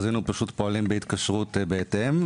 אז היינו פועלים בהתקשרות בהתאם.